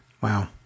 Wow